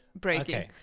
breaking